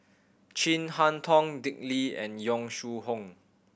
Chin Harn Tong Dick Lee and Yong Shu Hoong